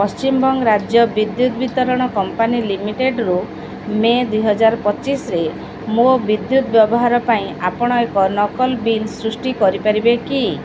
ପଶ୍ଚିମବଙ୍ଗ ରାଜ୍ୟ ବିଦ୍ୟୁତ ବିତରଣ କମ୍ପାନୀ ଲିମିଟେଡ଼୍ରୁ ମେ ଦୁଇ ହଜାର ପଚିଶରେ ମୋ ବିଦ୍ୟୁତ ବ୍ୟବହାର ପାଇଁ ଆପଣ ଏକ ନକଲ ବିଲ୍ ସୃଷ୍ଟି କରିପାରିବେ କି